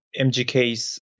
MGK's